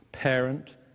Parent